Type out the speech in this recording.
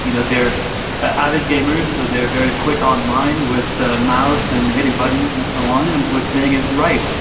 you know they are avid gamers so they are very quick online with the mouse and hitting buttons and so on, and what we're saying is, and right,